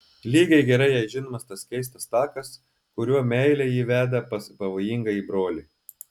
lygiai gerai jai žinomas tas keistas takas kuriuo meilė jį veda pas pavojingąjį brolį